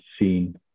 seen